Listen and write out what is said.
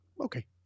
Okay